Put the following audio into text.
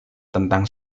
tentang